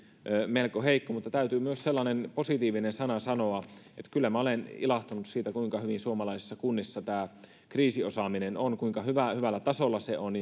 melko heikko mutta täytyy myös sellainen positiivinen sana sanoa että kyllä minä olen ilahtunut siitä kuinka hyvää suomalaisissa kunnissa tämä kriisiosaaminen on kuinka hyvällä tasolla se on